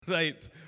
Right